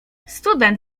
student